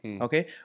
Okay